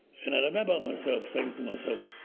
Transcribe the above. and i remember myself, saying to myself,